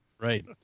Right